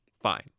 fine